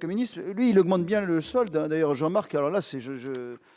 communiste, lui, il augmente bien le soldat d'ailleurs Jean-Marc alors là c'est je,